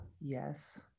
Yes